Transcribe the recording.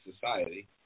society